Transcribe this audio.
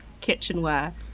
kitchenware